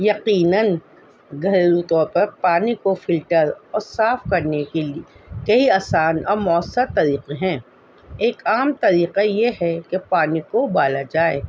یقیناً گھریلو طور پر پانی کو فلٹر اور صاف کرنے کے لیے کئی آسان اور موثر طریقے ہیں ایک عام طریقہ یہ ہے کہ پانی کو ابالا جائے